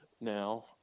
now